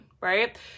right